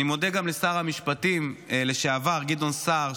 אני מודה גם לשר המשפטים לשעבר גדעון סער,